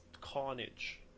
carnage